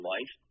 Life